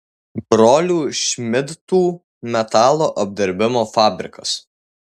brolių šmidtų metalo apdirbimo fabrikas